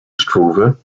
struve